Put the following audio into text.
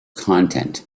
content